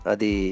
Adi